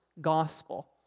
gospel